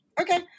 okay